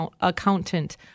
accountant